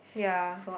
yeah